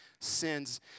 sins